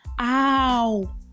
ow